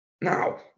Now